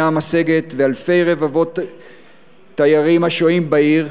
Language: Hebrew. משגת ואלפי ורבבות תיירים השוהים בעיר,